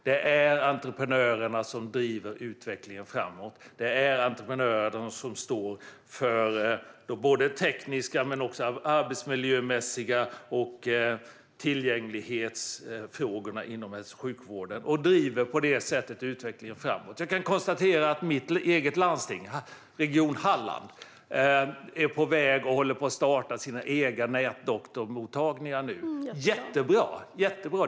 Det är entreprenörerna som driver utvecklingen framåt. Det är entreprenörerna som står för de tekniska frågorna men också för de arbetsmiljömässiga frågorna och tillgänglighetsfrågorna inom hälso och sjukvården och som på det sättet driver utvecklingen framåt. Jag kan konstatera att mitt eget landsting, Region Halland, nu håller på att starta egna nätdoktorsmottagningar. Det är jättebra.